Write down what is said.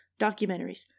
documentaries